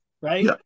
right